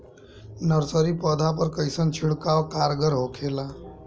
Nursery पौधा पर कइसन छिड़काव कारगर होखेला?